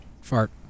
fart